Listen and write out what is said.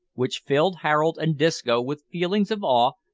which filled harold and disco with feelings of awe,